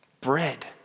Bread